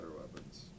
weapons